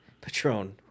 Patron